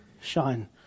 shine